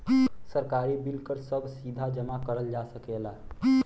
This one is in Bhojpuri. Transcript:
सरकारी बिल कर सभ सीधा जमा करल जा सकेला